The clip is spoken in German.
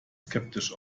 skeptisch